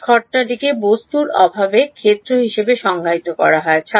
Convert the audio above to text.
H ঘটনাটিকে বস্তুর অভাবে ক্ষেত্র হিসাবে সংজ্ঞায়িত করা হয়